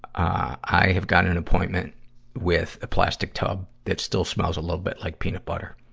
i have got an appointment with a plastic tube that still smells a little bit like peanut butter.